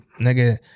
nigga